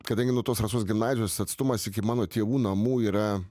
kadangi nuo tos rasos gimnazijos atstumas iki mano tėvų namų yra